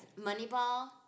Moneyball